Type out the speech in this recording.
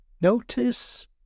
Notice